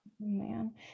man